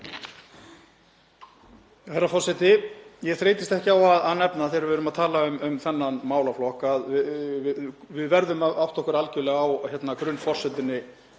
Herra forseti. Ég þreytist ekki á að nefna þegar við erum að tala um þennan málaflokk að við verðum að átta okkur algerlega á grunnforsendunni